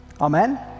Amen